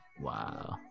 wow